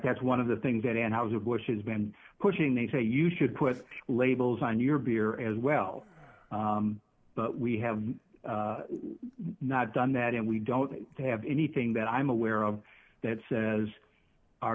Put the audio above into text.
that's one of the things that and i was a bush has been pushing they say you should put labels on your beer as well but we have not done that and we don't have anything that i'm aware of that says our